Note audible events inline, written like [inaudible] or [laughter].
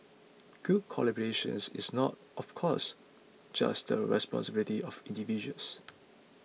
[noise] good collaborations is not of course just the responsibility of individuals